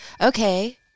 Okay